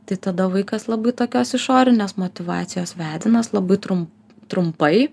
tai tada vaikas labai tokios išorinės motyvacijos vedinas labai trum trumpai